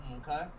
Okay